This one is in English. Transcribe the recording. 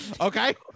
Okay